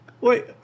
Wait